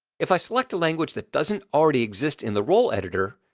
if i select a language that doesn't already exist in the role editor,